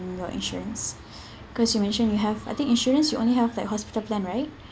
on your insurance because you mention you have I think insurance you only have like hospital plan right